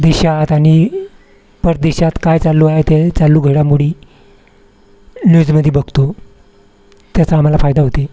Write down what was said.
देशात आणि परदेशात काय चालू आहे ते चालू घडामोडी न्यूजमध्ये बघतो त्याचा आम्हाला फायदा होते